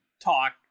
Talk